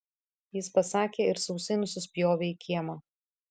jis pasakė ir sausai nusispjovė į kiemą